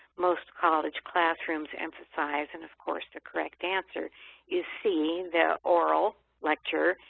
most college classrooms emphasize, and of course the correct answer is c, the aural lecture,